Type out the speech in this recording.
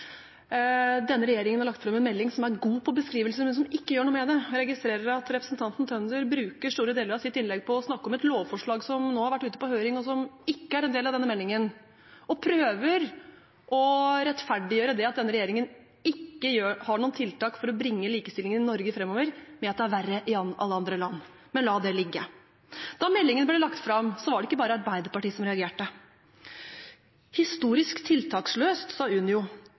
Denne regjeringen har lagt fram en melding som er god på beskrivelser, men som ikke gjør noe med det. Jeg registrerer at representanten Tønder bruker store deler av sitt innlegg til å snakke om et lovforslag som nå har vært ute på høring – og som ikke er en del av denne meldingen – og prøver å rettferdiggjøre det at denne regjeringen ikke har noen tiltak for å bringe likestillingen i Norge framover med at det er verre i alle andre land. Men la det ligge. Da meldingen ble lagt fram, var det ikke bare Arbeiderpartiet som reagerte. «Historisk tiltaksløst» sa